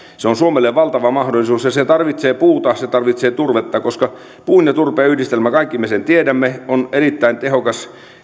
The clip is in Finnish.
on suomelle valtava mahdollisuus se tarvitsee puuta se tarvitsee turvetta koska puun ja turpeen yhdistelmä kaikki me sen tiedämme on erittäin tehokas